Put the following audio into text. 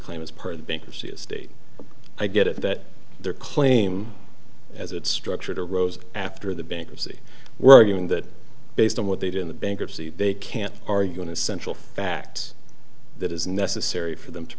claim is part of the bankruptcy estate i get it that their claim as it's structured a rose after the bankruptcy were arguing that based on what they did in the bankruptcy they can't are going to central fact that is necessary for them to